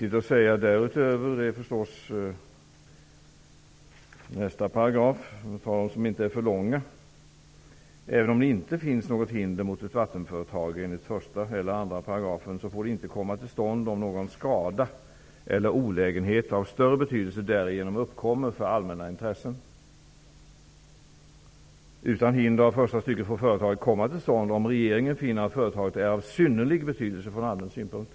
En annan sak som därutöver är viktig att säga framgår av 3 §, nämligen att även om det inte finns något hinder mot ett vattenföretag enligt 1 eller 2 §, får det inte komma till stånd om någon skada eller olägenhet av större betydelse därigenom uppkommer för allmänna intressen. Utan hinder av första stycket får företaget komma till stånd, om regeringen finner att företaget är av synnerlig betydelse från allmän synpunkt.